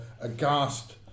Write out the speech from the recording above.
aghast